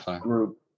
group